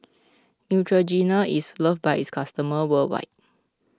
Neutrogena is loved by its customers worldwide